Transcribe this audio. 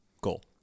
goal